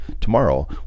Tomorrow